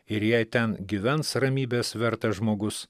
ir jei ten gyvens ramybės vertas žmogus